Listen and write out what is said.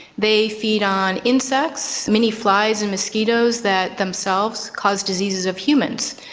they feed on insects, many flies and mosquitoes that themselves cause diseases of humans.